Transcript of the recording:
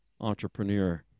entrepreneur